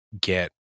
get